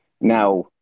now